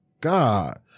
God